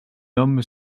homme